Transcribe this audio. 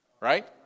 Right